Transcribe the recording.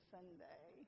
Sunday